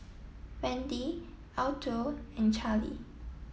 Wendy Alto and Charlie